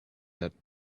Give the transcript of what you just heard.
that